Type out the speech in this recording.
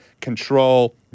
control